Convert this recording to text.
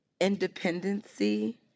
independency